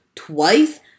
twice